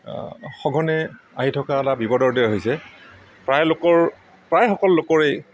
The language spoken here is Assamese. সঘনে আহি থকা এটা বিপদৰ দৰেই হৈছে প্ৰায় লোকৰ প্ৰায় সকলো লোকৰে